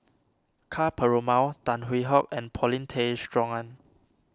Ka Perumal Tan Hwee Hock and Paulin Tay Straughan